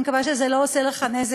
אני מקווה שזה לא עושה לך נזק,